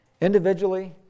individually